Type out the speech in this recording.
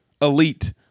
elite